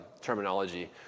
terminology